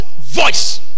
voice